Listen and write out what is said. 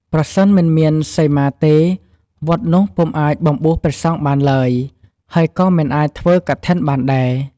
ប្រសិនមិនមានសីមាទេ វត្តនោះពុំអាចបំបួសព្រះសង្ឃបានឡើយ ហើយក៏មិនអាចធ្វើកឋិនបានដែរ។